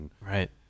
Right